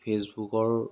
ফেচবুকৰ